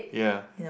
ya